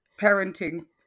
parenting